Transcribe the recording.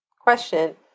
question